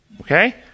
Okay